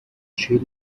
chile